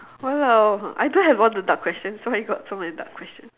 !walao! I don't have all the dark questions why you got so many dark questions